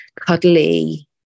cuddly